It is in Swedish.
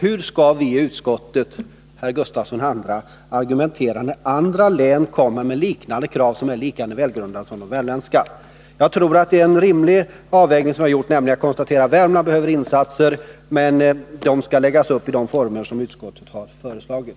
Hur skall vi i utskottet argumentera när andra län kommer med liknande krav som är lika välgrundade som de värmländska? Jag tror att vi har gjort en rimlig avvägning när vi konstaterat att Värmland behöver insatser men att dessa skall läggas upp i de former som utskottet har föreslagit.